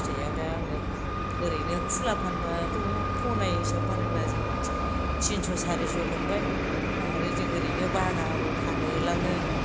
फिथाइआव दा आङो ओरैनो खुला फानब्लाथ' पना हिसाब फानोब्ला तिनस' सारिस' मोनबाय आरो जों आरैनो बागाबो फानहोलाङो